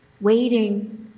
waiting